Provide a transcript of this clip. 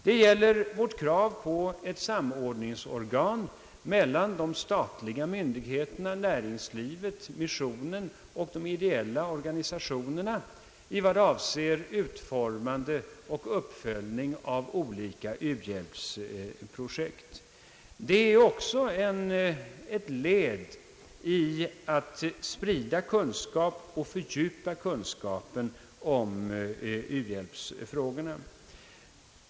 Det gäller vårt krav på ett samordningsorgan mellan de statliga myndigheterna, näringslivet, missionen och de ideella organisationerna i vad avser utformning och uppföljning av olika uhjälpsprojekt. Det är också ett led i vår strävan att sprida kunskap och fördjupa kunskapen om u-hjälpsfrågorna.